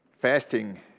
Fasting